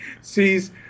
sees